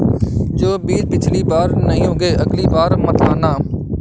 जो बीज पिछली बार नहीं उगे, अगली बार मत लाना